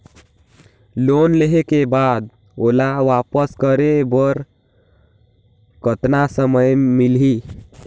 Loan लेहे के बाद ओला वापस करे बर कतना समय मिलही?